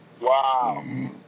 Wow